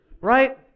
Right